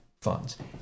funds